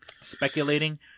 speculating